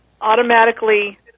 Automatically